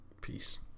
Peace